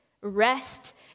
rest